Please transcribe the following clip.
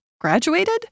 graduated